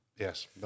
Yes